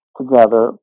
together